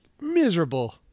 miserable